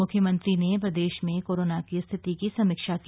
मुख्यमंत्री ने प्रदेश में कोरोना की स्थिति की समीक्षा की